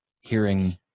hearing